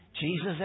Jesus